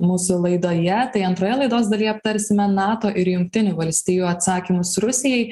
mūsų laidoje tai antroje laidos dalyje aptarsime nato ir jungtinių valstijų atsakymus rusijai